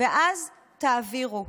-- ואז תעבירו.